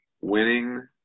winning